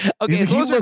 Okay